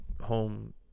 home